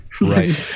right